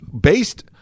based